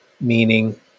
meaning